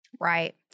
Right